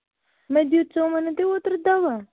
مٔجیٖد صٲبَن دیُت اوترٕ دوا